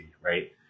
right